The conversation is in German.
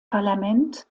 parlament